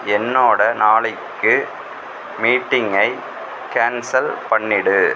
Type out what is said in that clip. என்னோடய நாளைக்கு மீட்டிங்கை கேன்சல் பண்ணிடு